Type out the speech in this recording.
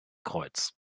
kreuz